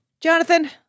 Jonathan